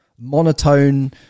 monotone